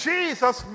Jesus